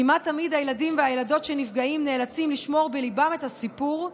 כמעט תמיד הילדים והילדות שנפגעים נאלצים לשמור בליבם את הסיפור,